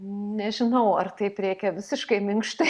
nežinau ar taip reikia visiškai minkštai